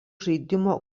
žaidimo